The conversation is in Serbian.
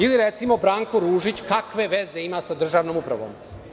Ili, recimo, Branko Ružić kakve veze ima sa državnom upravom?